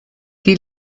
die